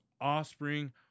offspring